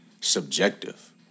subjective